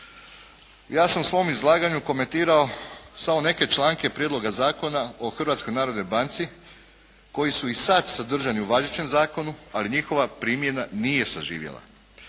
Ja sam u svom izlaganju komentirao samo neke članke Prijedloga zakona o Hrvatskoj narodnoj banci koji su i sad sadržani u važećem zakonu, ali njihova primjena nije zaživjela.